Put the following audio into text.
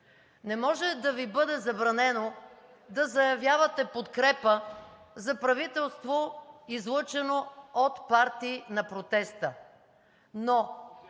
Не може да Ви бъде забранено да заявявате подкрепа за правителство, излъчено от партии на протеста. Но